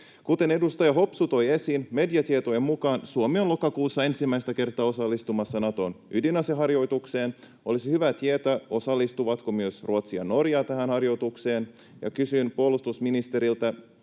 Kuten edustaja Hopsu toi esiin, mediatietojen mukaan Suomi on lokakuussa ensimmäistä kertaa osallistumassa Naton ydinaseharjoitukseen. Olisi hyvä tietää, osallistuvatko myös Ruotsi ja Norja tähän harjoitukseen, ja kysyn puolustusministeriltä: